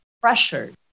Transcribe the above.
pressured